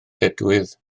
dedwydd